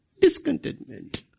discontentment